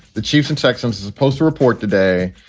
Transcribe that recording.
the chiefs and sextons poster report today.